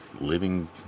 living